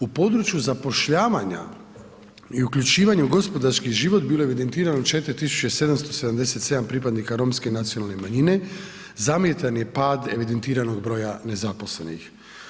U području zapošljavanja i uključivanja u gospodarski život bilo je evidentirano 4777 pripadnika romske nacionalne manjine, zamjetan je pad evidentiranog broja nezaposlenih.